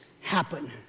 happen